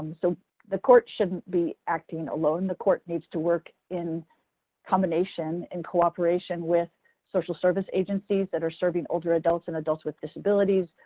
so the court shouldn't be acting alone. the court needs to work in combination, in cooperation with social services agencies that are serving older adults and adults with disabilities,